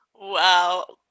Wow